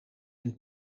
hun